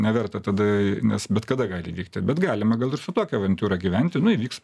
neverta tada nes bet kada gali įvykti bet galima gal ir su tokia avantiūra gyventi nu įvyks